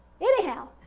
Anyhow